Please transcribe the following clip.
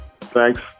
Thanks